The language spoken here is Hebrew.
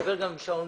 גם עם שאול מרידור,